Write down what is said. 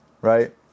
right